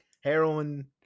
heroin